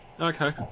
Okay